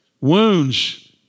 wounds